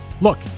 Look